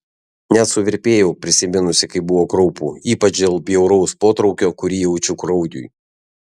net suvirpėjau prisiminusi kaip buvo kraupu ypač dėl bjauraus potraukio kurį jaučiu kraujui